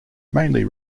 mainly